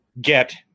get